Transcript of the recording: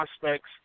prospects